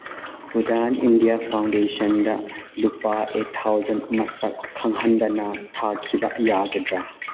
ꯄꯨꯗꯥꯠ India ꯐꯥꯎꯟꯗꯦꯁꯟꯗ ꯂꯨꯄꯥ eight thousand ꯃꯁꯛ ꯈꯪꯍꯟꯗꯅ ꯊꯥꯈꯤꯕ ꯌꯥꯒꯗ꯭ꯔꯥ